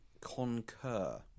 concur